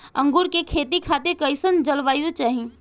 अंगूर के खेती खातिर कइसन जलवायु चाही?